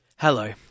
Hello